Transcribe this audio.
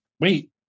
Wait